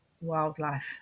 wildlife